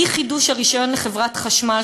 אי-חידוש הרישיון לחברת החשמל,